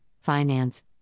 Finance